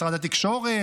משרד התקשורת,